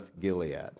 Gilead